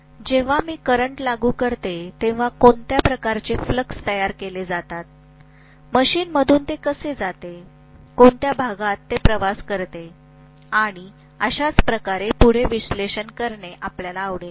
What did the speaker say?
आणि जेव्हा मी करंट लागू करते तेव्हा कोणत्या प्रकारचे फ्लक्स तयार केले जातात मशीनमधून ते कसे जाते कोणत्या भागात ते प्रवास करते आणि अशाच प्रकारे पुढे विश्लेषण करणे आपल्याला आवडेल